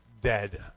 dead